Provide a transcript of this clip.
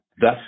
thus